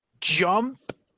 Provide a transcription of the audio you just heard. jump